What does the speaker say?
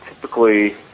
typically